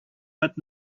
but